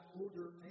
order